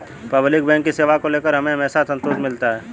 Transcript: public bank की सेवा को लेकर हमें हमेशा संतोष मिलता है